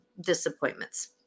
disappointments